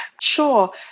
Sure